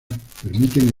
permiten